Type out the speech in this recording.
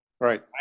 Right